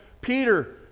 Peter